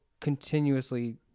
continuously